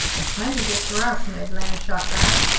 and plenty good for us! ned land shot back.